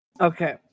Okay